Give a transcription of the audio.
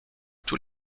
tous